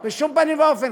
בשום פנים ואופן.